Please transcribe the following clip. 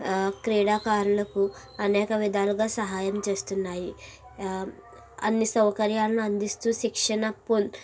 క్రీడాకారులకు అనేక విధాలుగా సహాయం చేస్తున్నాయి అన్ని సౌకర్యాలను అందిస్తూ శిక్షణ పొం